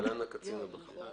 בסעיף קטן (ב)